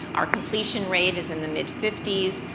our completion rate is in the mid fifty s,